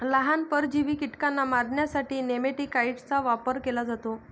लहान, परजीवी कीटकांना मारण्यासाठी नेमॅटिकाइड्सचा वापर केला जातो